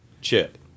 Chip